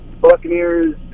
Buccaneers